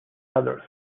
others